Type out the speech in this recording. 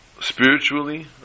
spiritually